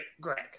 Greg